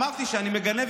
אמרתי שאני מגנה,